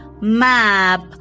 map